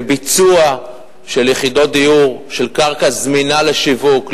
בביצוע של יחידות דיור על קרקע זמינה לשיווק,